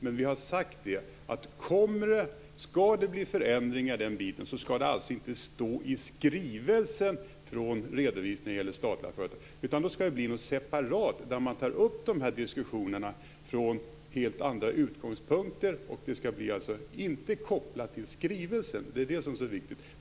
Men vi har sagt att om det skall bli förändringar i den biten skall det inte stå i skrivelsen om redovisningen när det gäller statliga företag, utan då skall det bli något separat där det här resonemanget tas upp från helt andra utgångspunkter. Det skall alltså inte vara kopplat till skrivelsen. Det är det som är viktigt.